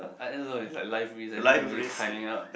I don't know no is like life reason I can't imagine climbing out